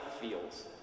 feels